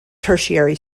tertiary